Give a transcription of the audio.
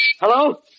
Hello